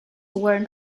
worn